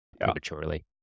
prematurely